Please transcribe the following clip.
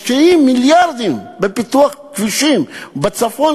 משקיעים מיליארדים בפיתוח כבישים בצפון,